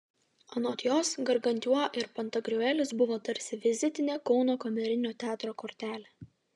anot jos gargantiua ir pantagriuelis buvo tarsi vizitinė kauno kamerinio teatro kortelė